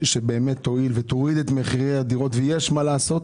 שבאמת תועיל ותוריד את מחירי הדירות ויש מה לעשות,